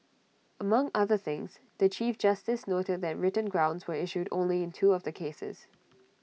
among other things the chief justice noted that written grounds were issued only in two of the cases